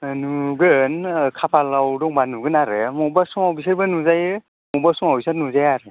नुगोन खाफालाव दंबा नुगोन आरो मबेबा समाव बिसोरबो नुजायो मबेबा समाव बिसोर नुजाया